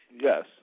Yes